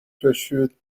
persuaded